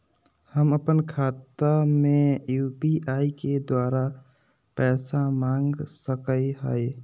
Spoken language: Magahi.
हम अपन खाता में यू.पी.आई के द्वारा पैसा मांग सकई हई?